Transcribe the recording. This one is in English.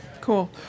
Cool